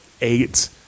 eight